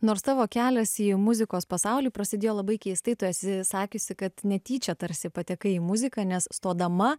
nors tavo kelias į muzikos pasaulį prasidėjo labai keistai tu esi sakiusi kad netyčia tarsi patekai į muziką nes stodama